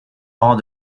rangs